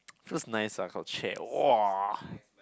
feels nice lah got chair [wah]